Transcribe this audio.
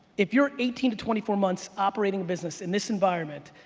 if you're eighteen twenty four months operating business in this environment,